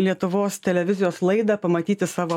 lietuvos televizijos laidą pamatyti savo